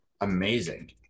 amazing